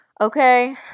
okay